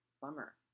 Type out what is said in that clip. Bummer